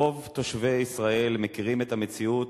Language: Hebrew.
רוב תושבי ישראל מכירים את המציאות